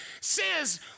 says